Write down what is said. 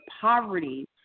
poverty